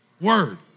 word